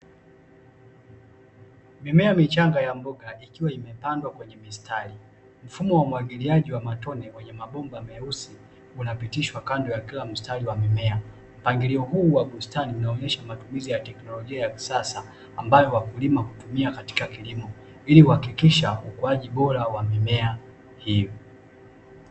Mimea michanga ya mboga ikiwa imepandwa kwenye mistari. Mfumo wa umwagiliaji wa matone wenye mabomba meusi, unapitishwa kando ya kila mstari wa mimea. Mpangilio huu wa bustani unaonesha matumizi ya teknolojia ya kisasa, ambayo wakulima hutumia katika kilimo, ili kuhakikisha ukuaji bora wa mimea hiyo.